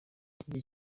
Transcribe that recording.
igihe